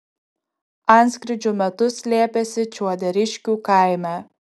antskrydžių metu slėpėsi čiuoderiškių kaime